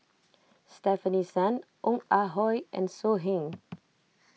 Stefanie Sun Ong Ah Hoi and So Heng